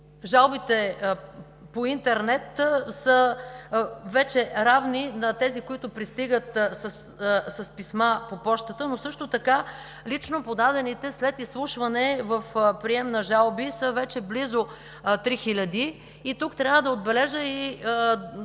жалбите по интернет са вече равни на тези, които пристигат с писма по пощата, но лично подадените след изслушване в приемна „Жалби“ са вече близо три хиляди. Тук трябва да отбележа и другите